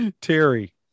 Terry